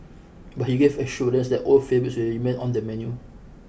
but he gave assurance that old favourites will remain on the menu